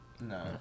No